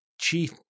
chief